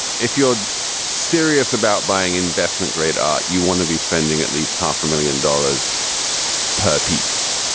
if you're serious about buying investment grade, um you want to be spending at least half a million dollars per piece.